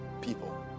people